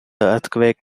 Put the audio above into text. earthquake